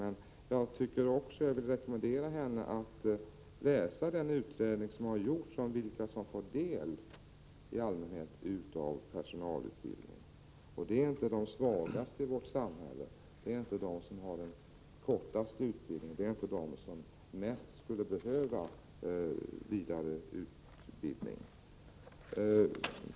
Men jag vill också rekommendera henne att läsa den utredning som har gjorts om vilka som i allmänhet får del av personalutbildning — och det är inte de svagaste i vårt samhälle, det är inte de som har den kortaste utbildningen, det är inte de som mest skulle behöva vidareutbildning.